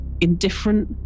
indifferent